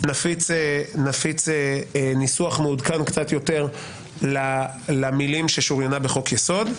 נפיץ ניסוח מעודכן קצת יותר למילים "ששוריינה בחוק יסוד",